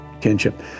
Kinship